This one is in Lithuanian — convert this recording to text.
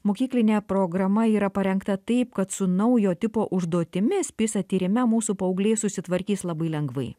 mokyklinė programa yra parengta taip kad su naujo tipo užduotimis pisa tyrime mūsų paaugliai susitvarkys labai lengvai